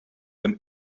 them